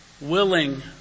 willing